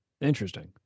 Interesting